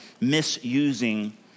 misusing